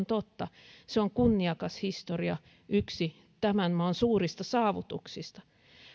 totta se on kunniakas historia yksi tämän maan suurista saavutuksista